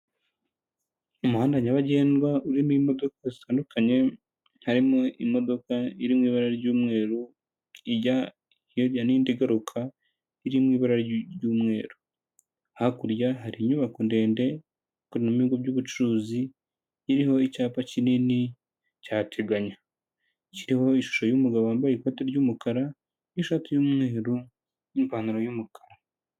Umuhanda nyabagendwa urimo imodoka zitandukanye harimo imodoka irimo ibara ry'umweru ijya nindi igaruka iri mu ibara ry'umweru hakurya hari inyubako ndende ikoreramo ibigo by'ubucuruzi iriho icyapa kinini cyateganya kiriho ishusho y'umugabo wambaye ikoti ry'umukara n'ishati y'umweru n'ipantaro y'umukara.